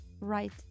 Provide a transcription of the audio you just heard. right